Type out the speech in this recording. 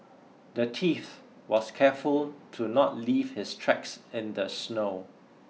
the thief was careful to not leave his tracks in the snow